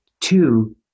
Two